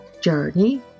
Journey